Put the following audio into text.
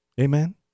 Amen